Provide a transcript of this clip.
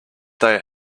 they